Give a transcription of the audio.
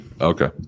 okay